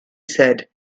said